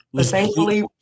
thankfully